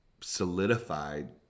solidified